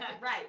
Right